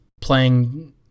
playing